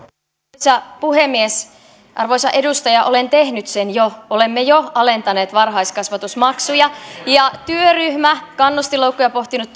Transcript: arvoisa puhemies arvoisa edustaja olen tehnyt sen jo olemme jo alentaneet varhaiskasvatusmaksuja ja kannustinloukkuja pohtinut